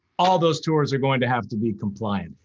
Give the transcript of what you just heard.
all those tours are going to have to be compliant.